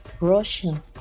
Russian